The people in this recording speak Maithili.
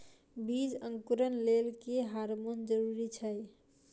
बीज अंकुरण लेल केँ हार्मोन जरूरी छै?